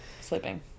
sleeping